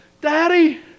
daddy